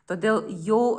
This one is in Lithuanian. todėl jau